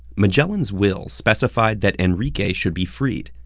magellan's will specified that enrique should be freed,